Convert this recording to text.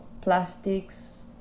plastics